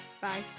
Bye